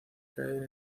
caer